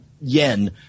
yen